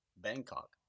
Bangkok